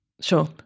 Sure